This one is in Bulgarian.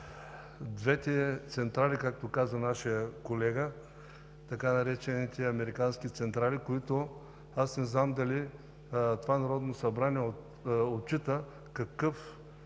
двете централи, както каза нашият колега, така наречените американски централи, които – аз не знам дали това Народно събрание отчита, какви